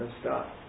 Stop